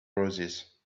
roses